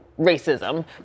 racism